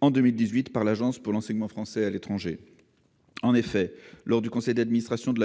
en 2018 par l'Agence pour l'enseignement français à l'étranger, l'AEFE. En effet, lors du conseil d'administration du